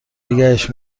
نگهش